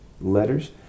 letters